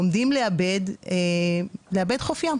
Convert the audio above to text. עומדים לאבד חוף ים,